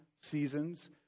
seasons